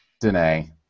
Danae